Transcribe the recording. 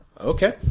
Okay